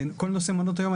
כל נושא מעונות היום,